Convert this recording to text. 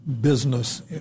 business